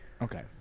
okay